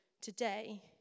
today